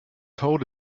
told